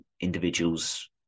individuals